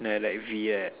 ya like V right